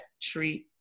treat